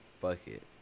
bucket